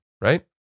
right